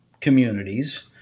communities